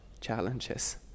challenges